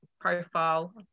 profile